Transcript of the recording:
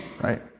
right